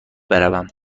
بروم